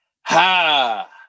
Ha